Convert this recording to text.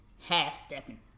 half-stepping